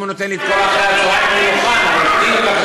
אם הוא נותן לי את כל אחר-הצהריים, אז אני מוכן.